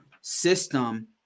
system